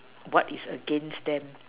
what is against them